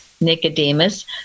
Nicodemus